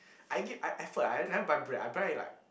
I give I effort eh I never buy bread I buy like